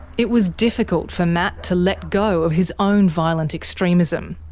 it was difficult for matt to let go of his own violent extremism.